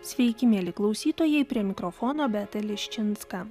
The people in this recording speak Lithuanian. sveiki mieli klausytojai prie mikrofono beata liščinska